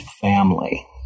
family